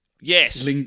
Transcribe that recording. Yes